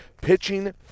Pitching